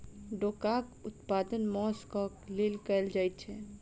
डोकाक उत्पादन मौंस क लेल कयल जाइत छै